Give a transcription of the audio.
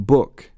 Book